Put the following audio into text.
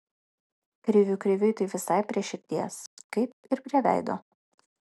krivių kriviui tai visai prie širdies kaip ir prie veido